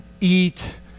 eat